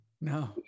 No